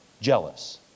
Jealous